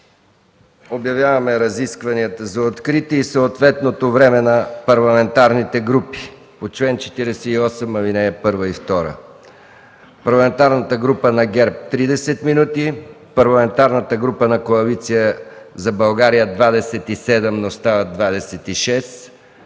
Обявяваме разискванията за открити и съответното време на парламентарните групи по чл. 48, ал. 1 и 2: Парламентарната група на ГЕРБ – 30 мин.; Парламентарната група на КБ – 27, но остават 26 мин.,